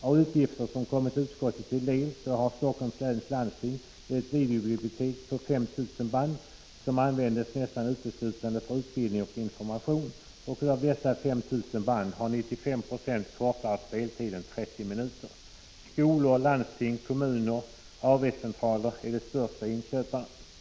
Av uppgifter som kommit utskottet till del framgår att Helsingforss läns landsting har ett videobibliotek som omfattar 5 000 band, vilka nästan uteslutande används för utbildning och information. Av dessa 5 000 band har 95 26 kortare speltid än 30 minuter. Skolor, landsting, kommuner och AV-centraler är de största köparna av denna typ av kassettband.